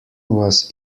was